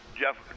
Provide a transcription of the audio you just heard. Jeff